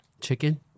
Chicken